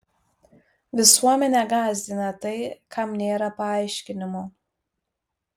visuomenę gąsdina tai kam nėra paaiškinimo